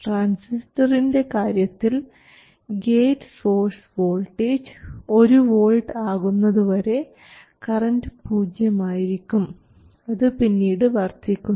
ട്രാൻസിസ്റ്ററിൻറെ കാര്യത്തിൽ gate source voltage 1 volt ആകുന്നതുവരെ കറൻറ് പൂജ്യമായിരിക്കും അത് പിന്നീട് വർദ്ധിക്കുന്നു